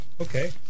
okay